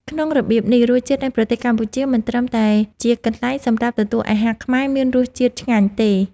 ក្នុងរបៀបនេះ រសជាតិនៃប្រទេសកម្ពុជា មិនត្រឹមតែជាកន្លែងសម្រាប់ទទួលអាហារខ្មែរមានរសជាតិឆ្ងាញ់ទេ